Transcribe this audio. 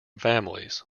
families